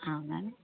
हाँ मैम